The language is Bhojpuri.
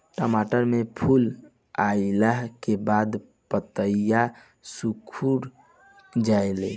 टमाटर में फूल अईला के बाद पतईया सुकुर जाले?